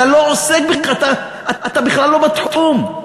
אתה לא עוסק בכלל, אתה בכלל לא בתחום.